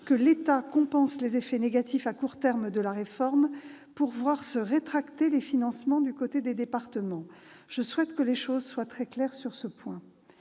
que l'État compense les effets négatifs à court terme de la réforme pour voir se rétracter les financements du côté des départements. Je souhaite que les choses soient très claires sur ce point.